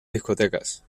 discotecas